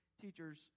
teachers